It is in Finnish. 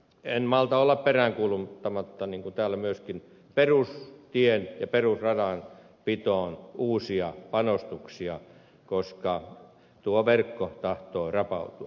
en malta olla peräänkuuluttamatta täällä myöskin perustien ja perusradanpitoon uusia panostuksia koska tuo verkko tahtoo rapautua